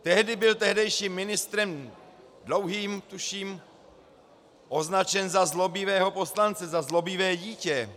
Tehdy byl tehdejším ministrem Dlouhým, tuším, označen za zlobivého poslance, za zlobivé dítě.